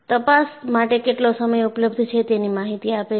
તપાસ માટે કેટલો સમય ઉપલબ્ધ છે તેની માહિતી આપે છે